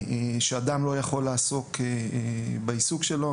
לפיה אדם לא יכול לעסוק בעיסוק שלו,